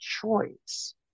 choice